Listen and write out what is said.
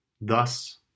thus